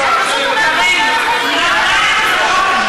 ממש נכון.